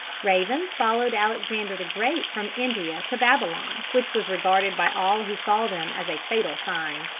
ravens followed alexander the great from india to babylon, which was regarded by all who saw them as a fatal sign.